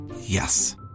Yes